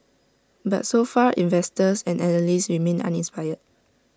but so far investors and analysts remain uninspired